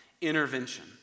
intervention